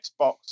Xbox